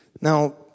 Now